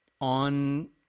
on